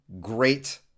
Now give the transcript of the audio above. great